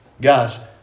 Guys